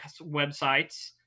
websites